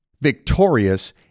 victorious